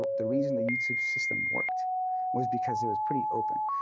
the reason the youtube system worked was because it was pretty open.